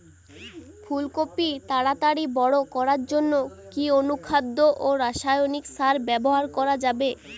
ফুল কপি তাড়াতাড়ি বড় করার জন্য কি অনুখাদ্য ও রাসায়নিক সার ব্যবহার করা যাবে?